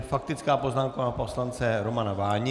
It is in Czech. Faktická poznámka poslance Romana Váni.